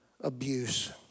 Abuse